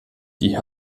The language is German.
die